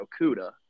Okuda